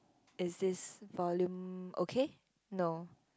is this volume okay no